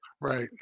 Right